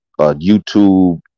YouTube